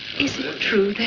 is it true, then?